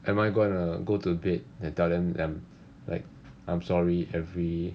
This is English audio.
am I gonna go to bed and tell them that I'm like I'm sorry every